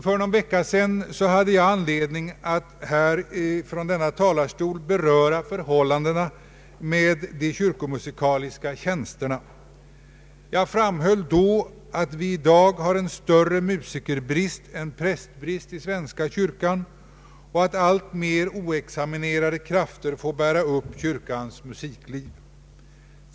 För någon vecka sedan hade jag an ledning att från denna talarstol beröra förhållandena med de kyrkomusikaliska tjänsterna. Jag framhöll då att vi just nu har en större musikerbrist än prästbrist i svenska kyrkan och att allt flera oexaminerade krafter får bära upp kyrkans musikliv.